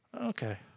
Okay